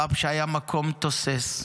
הפאב שהיה מקום תוסס,